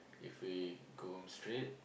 if we go home straight